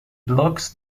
blocks